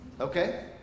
okay